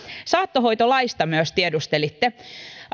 saattohoitolaista myös tiedustelitte